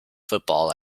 football